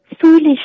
foolish